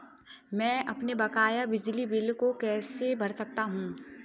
मैं अपने बकाया बिजली बिल को कैसे भर सकता हूँ?